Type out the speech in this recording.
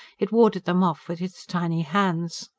it warded them off with its tiny hands.